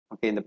Okay